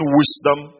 wisdom